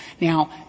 Now